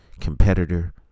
competitor